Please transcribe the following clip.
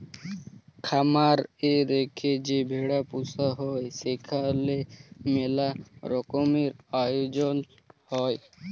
খামার এ রেখে যে ভেড়া পুসা হ্যয় সেখালে ম্যালা রকমের আয়জল হ্য়য়